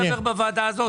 אני יכול לדבר בוועדה הזאת?